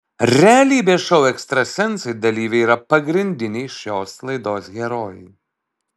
realybės šou ekstrasensai dalyviai yra pagrindiniai šios laidos herojai